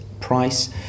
price